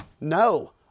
No